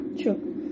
true